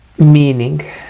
Meaning